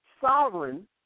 sovereign